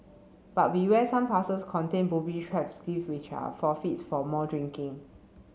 but beware some parcels contain booby traps gift which are forfeits for more drinking